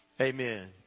Amen